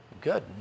Good